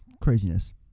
craziness